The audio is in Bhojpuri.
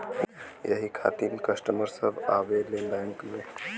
यही खातिन कस्टमर सब आवा ले बैंक मे?